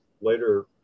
later